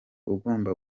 ugomba